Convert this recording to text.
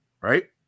right